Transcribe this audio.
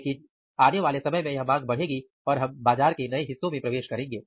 लेकिन आने वाले समय में यह मांग बढ़ेगी और हम बाजार के नए हिस्सों में प्रवेश करेंगे